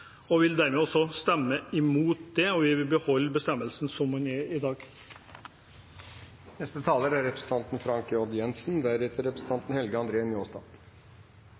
og vil dermed stemme imot det og vil beholde bestemmelsen slik den er i dag. Dette er